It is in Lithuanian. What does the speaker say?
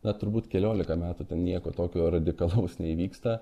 na turbūt keliolika metų ten nieko tokio radikalaus neįvyksta